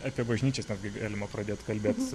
apie bažnyčias netgi galima pradėt kalbėt